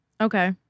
Okay